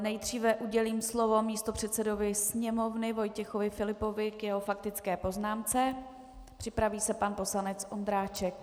Nejdříve udělím slovo místopředsedovi Sněmovny Vojtěchovi Filipovi k jeho faktické poznámce, připraví se pan poslanec Ondráček.